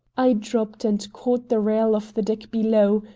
i dropped and caught the rail of the deck below,